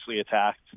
attacked